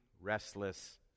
restless